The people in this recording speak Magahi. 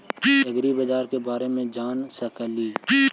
ऐग्रिबाजार के बारे मे जान सकेली?